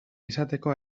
izateko